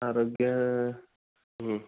आरोग्यम्